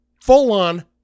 full-on